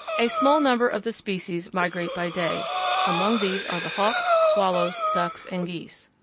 a small number of the species migrate by day among these are the hawks, swallows, ducks, and geese.